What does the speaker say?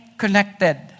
Connected